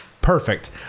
perfect